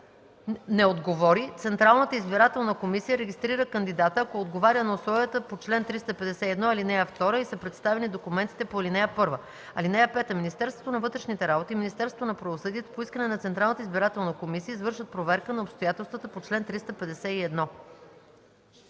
не отговори, Централната избирателна комисия регистрира кандидата, ако отговаря на условията по чл. 351, ал. 2 и са представени документите по ал. 1. (5) Министерството на вътрешните работи и Министерството на правосъдието по искане на Централната избирателна комисия извършват проверка на обстоятелствата по чл. 351.”